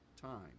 time